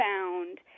found